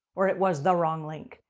or it was the wrong link.